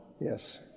Yes